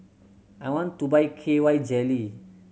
I want to buy K Y Jelly